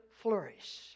flourish